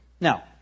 Now